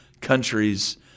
countries